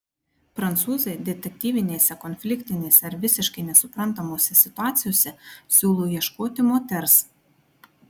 prancūzai detektyvinėse konfliktinėse ar visiškai nesuprantamose situacijose siūlo ieškoti moters